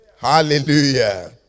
Hallelujah